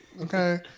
Okay